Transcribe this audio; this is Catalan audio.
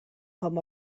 com